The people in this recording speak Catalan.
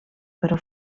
però